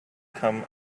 come